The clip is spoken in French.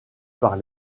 par